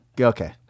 Okay